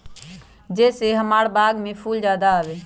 जे से हमार बाग में फुल ज्यादा आवे?